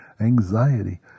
anxiety